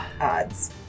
Odds